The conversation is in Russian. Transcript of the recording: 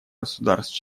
государств